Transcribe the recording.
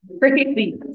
Crazy